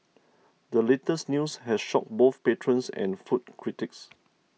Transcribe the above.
the latest news has shocked both patrons and food critics